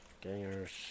gangers